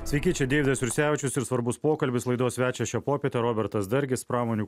sveiki čia deividas jursevičius ir svarbus pokalbis laidos svečias šią popietę robertas dargis pramonių